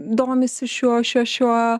domisi šiuo šiuo šiuo